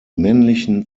männlichen